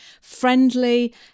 friendly